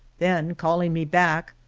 then calling me back,